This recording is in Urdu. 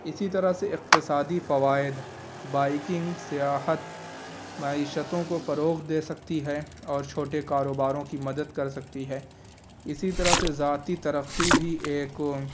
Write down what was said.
اسی طرح سے اقتصادی فوائد بائکنگ سیاحت معیشتوں کو فروغ دے سکتی ہے اور چھوٹے کاروباروں کی مدد کر سکتی ہے اسی طرح سے ذاتی ترقی بھی ایک